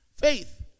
faith